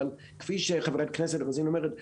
אבל כפי שחברת הכנסת רוזין אומרת,